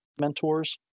mentors